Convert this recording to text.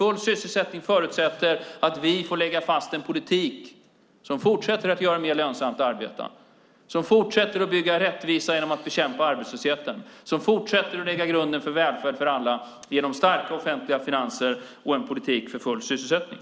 Full sysselsättning förutsätter att vi får lägga fast en politik som fortsätter att göra det mer lönsamt att arbeta, som fortsätter att bygga rättvisa genom att bekämpa arbetslösheten, som fortsätter att lägga grunden för välfärd för alla genom starka offentliga finanser och en politik för full sysselsättning.